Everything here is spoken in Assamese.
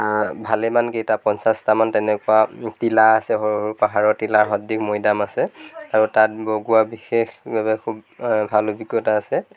ভা ভালেমানকেইটা পঞ্চাশটামান তেনেকুৱা টিলা আছে সৰু সৰু পাহাৰৰ টিলা সদৃশ মৈদাম আছে আৰু তাত বগোৱা বিশেষভাৱে ভাল অভিজ্ঞতা আছে